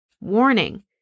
Warning